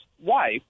wife